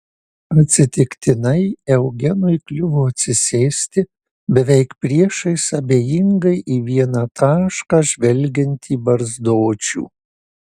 atsitiktinai eugenui kliuvo atsisėsti beveik priešais abejingai į vieną tašką žvelgiantį barzdočių